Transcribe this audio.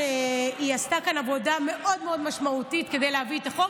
היא עשתה כאן עבודה מאוד מאוד משמעותית כדי להביא את החוק,